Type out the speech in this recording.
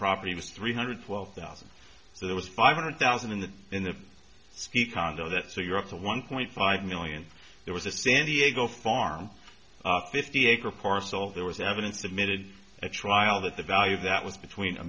property was three hundred twelve thousand so there was five hundred thousand in the in the ski condo that so you're up to one point five million there was a san diego farm fifty acre parcel there was evidence that made it a trial that the value of that was between a